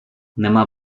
нема